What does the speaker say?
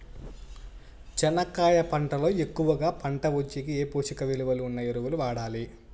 చెనక్కాయ పంట లో ఎక్కువగా పంట వచ్చేకి ఏ పోషక విలువలు ఉన్న ఎరువులు వాడాలి?